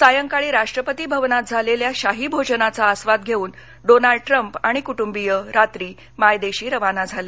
सायंकाळी राष्ट्रपती भवनात झालेल्या शाही भोजनाचा आस्वाद घेऊन डोनाल्ड ट्रम्पआणि कुटुंबिय रात्री मायदेशी रवाना झाले